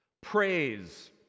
Praise